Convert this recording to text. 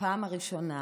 בפעם הראשונה